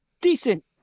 decent